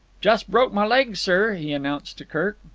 just broke my leg, sir, he announced to kirk.